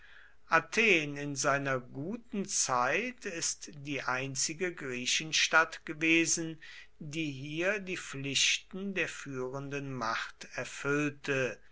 athen in seiner guten zeit ist der einzige griechenstaat gewesen der hier die pflichten der führenden macht erfüllte